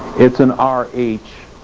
it's an r h,